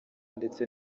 ndetse